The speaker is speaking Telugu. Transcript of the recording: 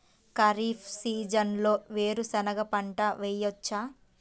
ఖరీఫ్ సీజన్లో వేరు శెనగ పంట వేయచ్చా?